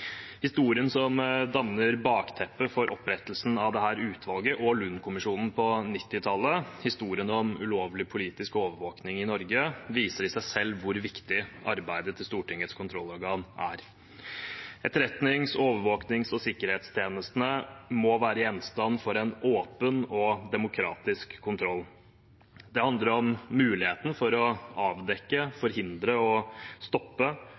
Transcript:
Historien som danner bakteppet for opprettelsen av dette utvalget og Lund-kommisjonen på 1990-tallet, historien om ulovlig politisk overvåking i Norge, viser i seg selv hvor viktig arbeidet til Stortingets kontrollorgan er. Etterretnings-, overvåkings- og sikkerhetstjenestene må være gjenstand for en åpen og demokratisk kontroll. Det handler om muligheten for å avdekke, forhindre og stoppe